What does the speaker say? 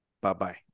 Bye-bye